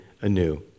anew